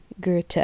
Goethe